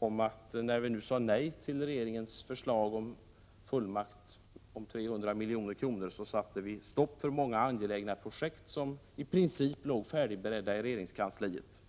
månad för att vi, när vi sade nej till regeringens förslag om en fullmakt på 300 milj.kr., satte stopp för många angelägna projekt, som i princip låg färdigberedda i regeringskansliet.